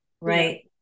right